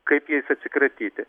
kaip jais atsikratyti